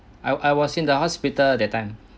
I was I was in the hospital that time